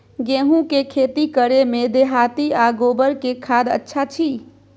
गेहूं के खेती करे में देहाती आ गोबर के खाद अच्छा छी?